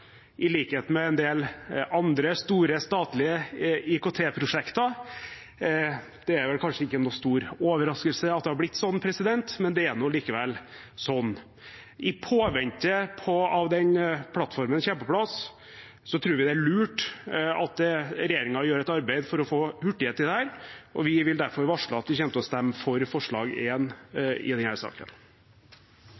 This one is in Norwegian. i likhet med en del andre store statlige IKT-prosjekter. Det er kanskje ikke noen stor overraskelse at det har blitt sånn, men det er nå likevel sånn. I påvente av at den plattformen kommer på plass, tror vi det er lurt at regjeringen gjør et arbeid for å få hurtighet i dette, og vi vil derfor varsle at vi kommer til å stemme for forslag